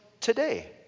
today